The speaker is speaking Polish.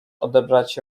odebrać